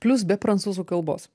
plius be prancūzų kalbos